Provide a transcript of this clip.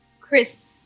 crisp